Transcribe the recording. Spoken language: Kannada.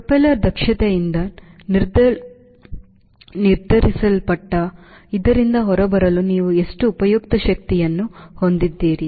ಪ್ರೊಪೆಲ್ಲರ್ ದಕ್ಷತೆಯಿಂದ ನಿರ್ಧರಿಸಲ್ಪಟ್ಟ ಇದರಿಂದ ಹೊರಬರಲು ನೀವು ಎಷ್ಟು ಉಪಯುಕ್ತ ಶಕ್ತಿಯನ್ನು ಹೊಂದಿದ್ದೀರಿ